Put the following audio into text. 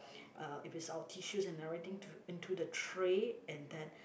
uh if it's our tissues and everything to into the tray and then